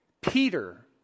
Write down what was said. Peter